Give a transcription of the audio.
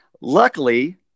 luckily